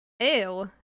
ew